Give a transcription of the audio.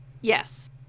yes